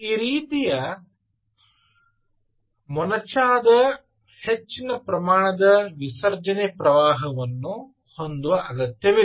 ಈ ರೀತಿಯ ಮೊನಚಾದ ಹೆಚ್ಚಿನ ಪ್ರಮಾಣದ ವಿಸರ್ಜನೆ ಪ್ರವಾಹವನ್ನು ಹೊಂದುವ ಅಗತ್ಯವಿಲ್ಲ